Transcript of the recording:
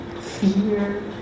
fear